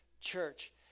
church